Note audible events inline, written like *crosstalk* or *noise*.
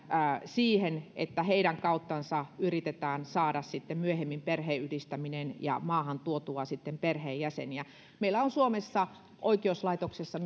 siihen että heidän kauttansa yritetään saada sitten myöhemmin aikaan perheenyhdistäminen ja tuotua maahan sitten perheenjäseniä meillä on suomessa oikeuslaitoksessa *unintelligible*